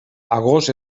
agost